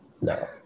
No